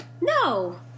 no